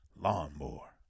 Lawnmower